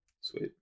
Sweet